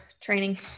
training